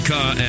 Car